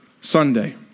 Sunday